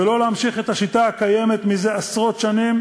ולא להמשיך את השיטה הקיימת זה עשרות שנים,